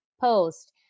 Post